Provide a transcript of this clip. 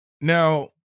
Now